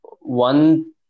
one